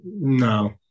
No